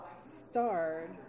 starred